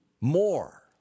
more